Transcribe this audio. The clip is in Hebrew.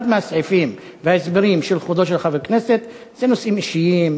אחד מהסעיפים וההסברים של כבודו של חבר כנסת זה נושאים אישיים,